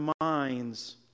minds